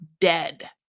dead